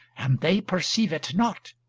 and they perceive it not,